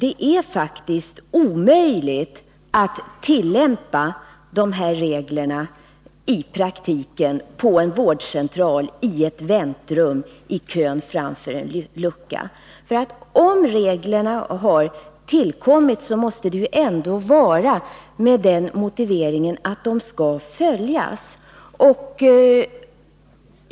Det är faktiskt omöjligt att tillämpa de här reglerna i praktiken — på en vårdcentral, i ett väntrum, i kön framför en lucka. Eftersom reglerna har tillkommit, måste det ju vara med den motiveringen att de skall följas.